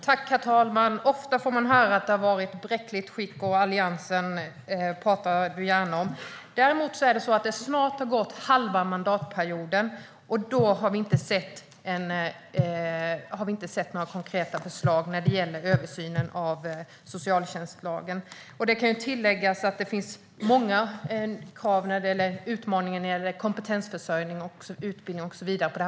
Herr talman! Ofta får man höra att det har varit ett bräckligt skick, och Alliansen pratar du gärna om, Åsa Regnér. Däremot har det snart gått halva mandatperioden, och vi har inte sett några konkreta förslag när det gäller översynen av socialtjänstlagen. Det kan tilläggas att det finns många krav gällande utmaningar på detta område, såsom kompetensförsörjning, utbildning och så vidare.